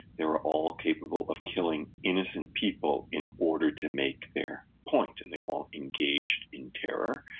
they were all capable of killing innocent people in order to make their point, and they all engaged in terror.